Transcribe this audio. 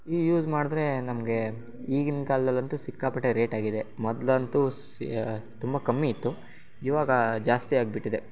ಈ ಯೂಸ್ ಮಾಡಿದ್ರೆ ನಮಗೆ ಈಗಿನ ಕಾಲದಲ್ಲಂತೂ ಸಿಕ್ಕಾಪಟ್ಟೆ ರೇಟ್ ಆಗಿದೆ ಮೊದಲಂತೂ ಸ್ ತುಂಬ ಕಮ್ಮಿ ಇತ್ತು ಇವಾಗ ಜಾಸ್ತಿ ಆಗಿಬಿಟ್ಟಿದೆ